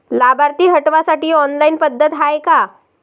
लाभार्थी हटवासाठी ऑनलाईन पद्धत हाय का?